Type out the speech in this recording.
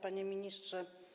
Panie Ministrze!